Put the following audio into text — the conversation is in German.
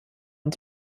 und